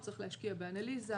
הוא צריך להשקיע באנליזה,